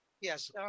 Yes